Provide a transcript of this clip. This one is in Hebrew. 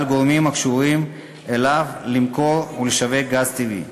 גורמים הקשורים אליו למכור ולשווק גז טבעי.